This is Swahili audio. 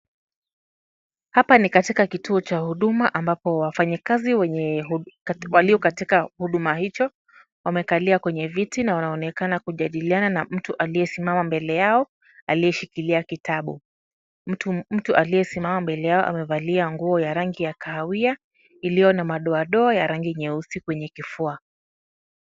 Hapa ni katika kituo cha huduma ambapo wafanyakazi walio katika huduma hicho wamekalia kwenye viti na wanaonekana kujadiliana na mtu aliyesimama mbele yao aliyeshikilia kitabu. Mtu aliyesimama mbele yao amevalia nguo ya rangi ya kahawia iliyo na madoadoa ya rangi nyeusi kwenye kifua.